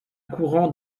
courant